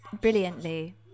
brilliantly